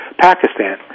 Pakistan